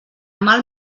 mal